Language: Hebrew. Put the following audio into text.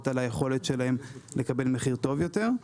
על היכולת שלהם לקבל מחיר טוב יותר.